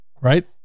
Right